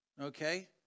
Okay